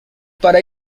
para